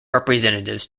representatives